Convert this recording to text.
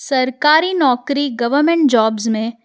सरकारी नौकिरी government jobs में